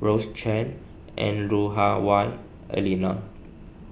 Rose Chan and Lu Hah Wah Elena